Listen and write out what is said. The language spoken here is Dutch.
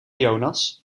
jonas